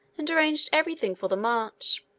and arranged every thing for the march.